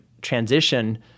transition